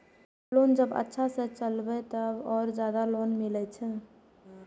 Loan जब अच्छा से चलेबे तो और ज्यादा लोन मिले छै?